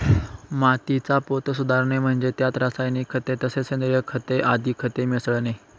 मातीचा पोत सुधारणे म्हणजे त्यात रासायनिक खते तसेच सेंद्रिय खते आदी खते मिसळणे